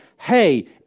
hey